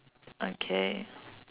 okay